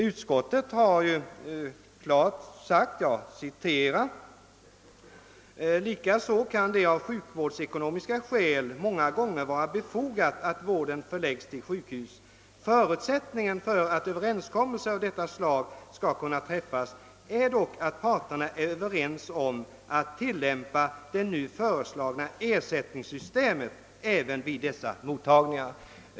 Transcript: Utskottet har klart sagt följande: »Likaså kan det av sjukvårdsekonomiska skäl många gånger vara befogat att vården förläggs till sjukhus. Förutsättningen för att överenskommelser av detta slag skall kunna träffas är dock att parterna är överens om att till lämpa det nu föreslagna ersättningssystemet även vid dessa mottagningar.